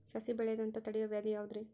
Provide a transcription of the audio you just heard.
ಸಸಿ ಬೆಳೆಯದಂತ ತಡಿಯೋ ವ್ಯಾಧಿ ಯಾವುದು ರಿ?